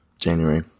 January